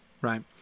right